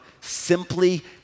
simply